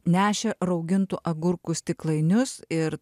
nešė raugintų agurkų stiklainius ir